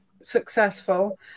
successful